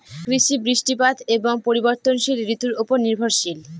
কৃষি বৃষ্টিপাত এবং পরিবর্তনশীল ঋতুর উপর নির্ভরশীল